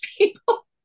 people